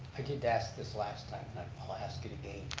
i did ask this last time and i'll ask it again.